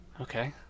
Okay